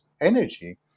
energy